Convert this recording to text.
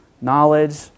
knowledge